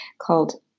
called